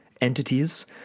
entities